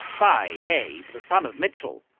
by abe, the son of mitchell,